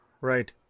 Right